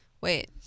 Wait